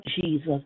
Jesus